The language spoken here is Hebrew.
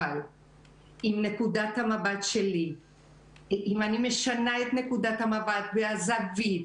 אבל אם אני משנה את נקודת המבט ואת הזווית,